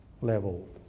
level